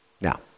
now